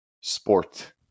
sport